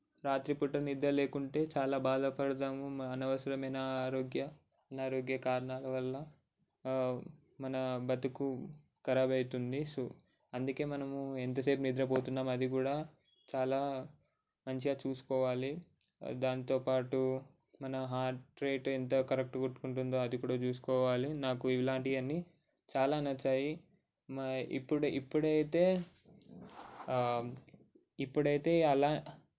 రాత్రిపూట నిద్ర లేకుంటే చాలా బాధపడదాము అనవసరమైన ఆరోగ్య అనారోగ్య కారణాలు వల్ల మన బ్రతుకు ఖరాబ్ అవుతుంది సో అందుకే మనము ఎంతసేపు నిద్రపోతున్నాము అది కూడా చాలా మంచిగా చూసుకోవాలి దాంతో పాటు మన హార్ట్ రేట్ ఎంత కరెక్ట్ కొట్టుకుంటుంది అది కూడా చూసుకోవాలి నాకు ఇలాంటి అని చాలా నచ్చాయి మ ఇప్పుడు ఇప్పుడు అయితే ఇప్పుడైతే అలా